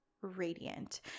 Radiant